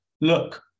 look